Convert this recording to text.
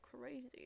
crazy